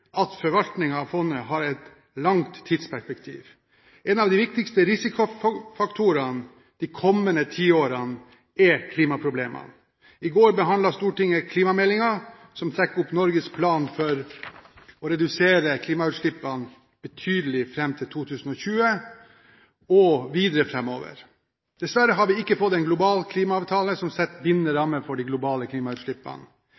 at forvaltningen av fondet har et langt tidsperspektiv. En av de viktigste risikofaktorene de kommende tiårene er klimaproblemene. I går behandlet Stortinget klimameldingen, som trekker opp Norges plan for å redusere klimautslippene betydelig fram til 2020, og videre framover. Dessverre har vi ikke fått en global klimaavtale som setter bindende